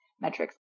metrics